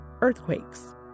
earthquakes